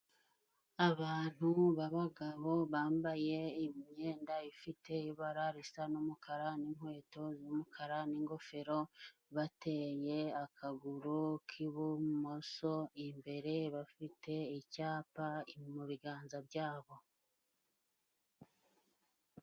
Abantu b'abagabo, bambaye imyenda ifite ibara risa n'umukara n'inkweto z'umukara n'ingofero, bateye akaguru k'ibumoso imbere, bafite icyapa mu biganza byabo.